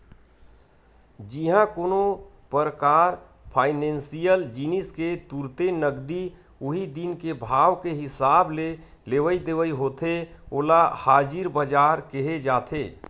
जिहाँ कोनो परकार फाइनेसियल जिनिस के तुरते नगदी उही दिन के भाव के हिसाब ले लेवई देवई होथे ओला हाजिर बजार केहे जाथे